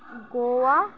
Goa